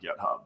GitHub